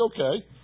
okay